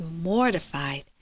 mortified